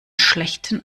schlechten